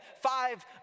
five